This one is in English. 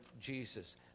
Jesus